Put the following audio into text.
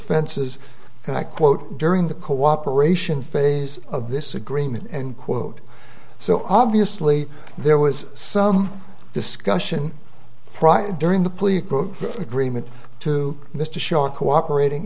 i quote during the cooperation phase of this agreement and quote so obviously there was some discussion prior during the plea agreement to mr shaw cooperating